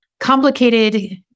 complicated